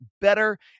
better